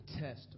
test